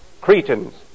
Cretans